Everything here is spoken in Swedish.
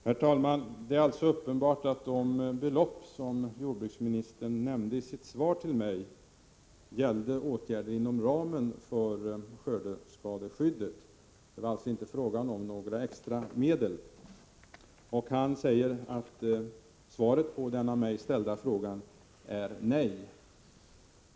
Herr talman! Det är alltså uppenbart att de belopp jordbruksministern nämnde i sitt svar till mig gällde åtgärder inom ramen för skördeskadeskyddet. Det var alltså inte fråga om några extra medel. Han säger att svaret på den av mig ställda frågan är nej.